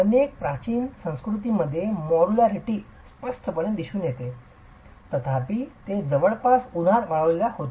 अनेक प्राचीन संस्कृतींमध्ये मॉड्यूलरिटी स्पष्टपणे दिसून येते तथापि ते जवळजवळ उन्हात वाळलेल्या होते